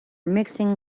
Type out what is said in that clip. mixing